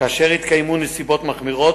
(לא נקראה, נמסרה לפרוטוקול)